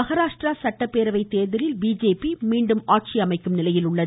மஹாராஷ்டிரா சட்டப்பேரவை தேர்தலில் பிஜேபி மீண்டும் ஆட்சி அமைக்கும் நிலையில் உள்ளது